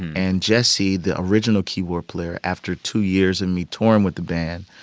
and jesse, the original keyboard player, after two years of me touring with the band,